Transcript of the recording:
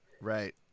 right